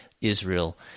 Israel